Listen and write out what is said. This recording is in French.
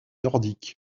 nordique